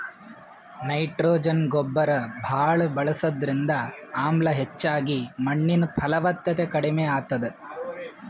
nitrogen ಗೊಬ್ಬರ್ ಭಾಳ್ ಬಳಸದ್ರಿಂದ ಆಮ್ಲ ಹೆಚ್ಚಾಗಿ ಮಣ್ಣಿನ್ ಫಲವತ್ತತೆ ಕಡಿಮ್ ಆತದ್